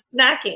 snacking